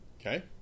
Okay